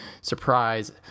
surprise